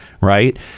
right